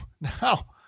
now